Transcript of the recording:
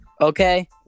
Okay